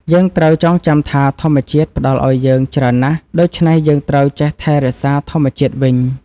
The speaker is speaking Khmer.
យើងត្រូវចងចាំថាធម្មជាតិផ្តល់ឱ្យយើងច្រើនណាស់ ដូច្នេះយើងត្រូវចេះថែរក្សាធម្មជាតិវិញ។